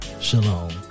Shalom